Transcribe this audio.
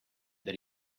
that